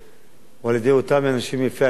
או על-ידי אותם אנשים יפי הנפש.